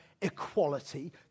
equality